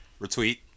Retweet